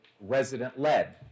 resident-led